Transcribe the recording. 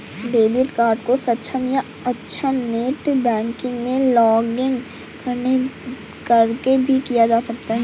debit card को सक्षम या अक्षम नेट बैंकिंग में लॉगिंन करके भी किया जा सकता है